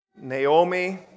Naomi